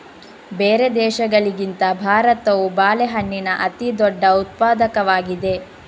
ಬೇರೆ ದೇಶಗಳಿಗಿಂತ ಭಾರತವು ಬಾಳೆಹಣ್ಣಿನ ಅತಿದೊಡ್ಡ ಉತ್ಪಾದಕವಾಗಿದೆ